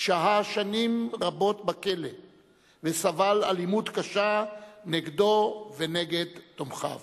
שהה שנים רבות בכלא וסבל אלימות קשה נגדו ונגד תומכיו.